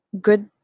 good